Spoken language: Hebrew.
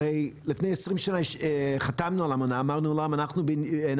הרי לפני 20 שנה חתמנו על האמנה ואמרנו לעולם שאנחנו בעניין.